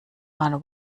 man